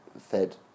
fed